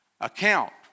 Account